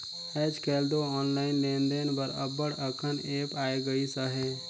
आएज काएल दो ऑनलाईन लेन देन बर अब्बड़ अकन ऐप आए गइस अहे